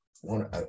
one